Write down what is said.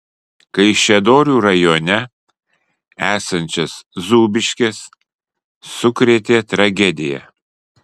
kaišiadorių rajone esančias zūbiškes sukrėtė tragedija